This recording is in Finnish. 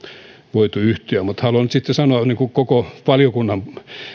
voitu yhtyä mutta haluan nyt sitten sanoa koko valiokunnan